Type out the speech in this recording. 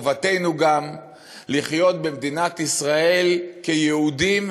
חובתנו גם לחיות במדינת ישראל כיהודים